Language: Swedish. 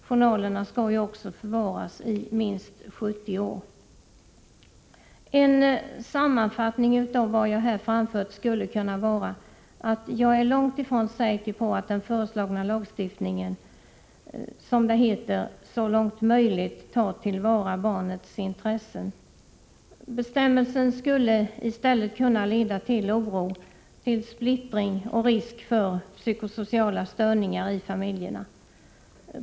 Journalerna skall ju förvaras i minst 70 år! Som en sammanfattning av vad jag här framfört skulle jag vilja säga följande: Jag är långt ifrån säker på att den föreslagna lagstiftningen — som det heter — ”så långt möjligt tar till vara barnets intressen”. Bestämmelsen kan i stället leda till oro och splittring. Dessutom finns det en risk för psykosociala störningar i familjerna i fråga.